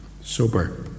sober